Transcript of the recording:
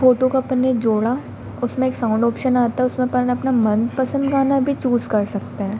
photo को अपन ने जोड़ा उसमें एक साउन्ड ऑप्शन आता है उसमें अपन अपना मनपसंद गाना भी चूज़ कर सकते हैं